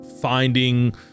finding